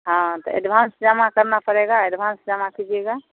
हँ तो एडभांस जामा करना पडेगा एडभांस जामा कीजिएगा